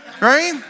Right